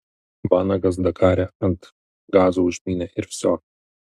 vanagas dakare ant gazo užmynė ir vsio